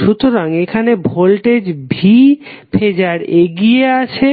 সুতরাং এখানে voltage V phasor এগিয়ে আছে